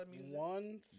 one